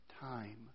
time